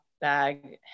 bag